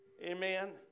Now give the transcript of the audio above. Amen